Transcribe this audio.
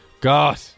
god